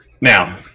Now